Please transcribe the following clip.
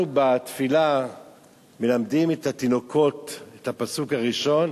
אנחנו בתפילה מלמדים את התינוקות את הפסוק הראשון: